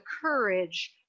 courage